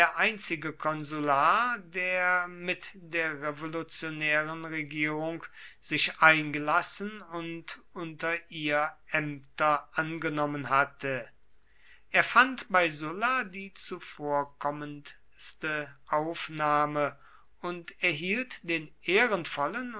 einzige konsular der mit der revolutionären regierung sich eingelassen und unter ihr ämter angenommen hatte er fand bei sulla die zuvorkommendste aufnahme und erhielt den ehrenvollen